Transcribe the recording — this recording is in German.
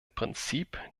prinzip